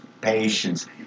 patience